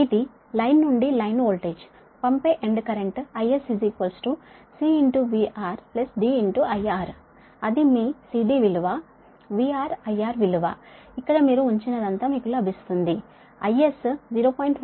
ఇది లైన్ నుండి line voltage పంపే end current IS CVR D IR అది మీ C D విలువ VR IR విలువ ఇక్కడే మీరు ఉంచినదంతా మీకు లభిస్తుంది IS 0